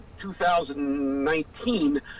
2019